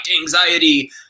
anxiety